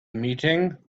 meeting